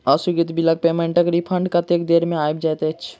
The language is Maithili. अस्वीकृत बिलक पेमेन्टक रिफन्ड कतेक देर मे आबि जाइत?